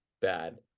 bad